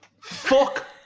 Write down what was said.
Fuck